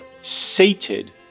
sated